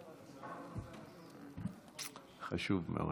חשוב מאוד.